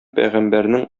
пәйгамбәрнең